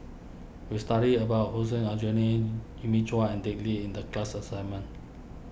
we studied about Hussein Aljunied Jimmy Chua and Dick Lee in the class assignment